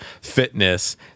fitness